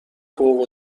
فوق